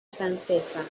francesa